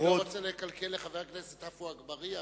אני לא רוצה לקלקל לחבר הכנסת עפו אגבאריה,